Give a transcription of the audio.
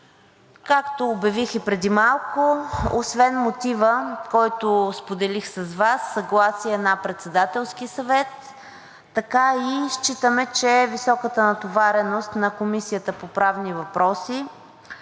Както обявих и преди малко, освен мотива, който споделих с Вас – съгласие на Председателския съвет, считаме, че високата натовареност на Комисията по правни въпроси